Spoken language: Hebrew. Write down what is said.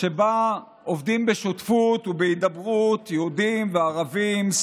שבה עובדים בשותפות ובהידברות יהודים וערבים,